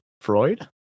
freud